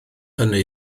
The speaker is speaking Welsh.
hynny